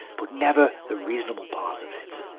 but never the reasonable part of it.